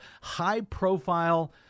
high-profile